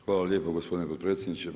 Hvala lijepo gospodine potpredsjedniče.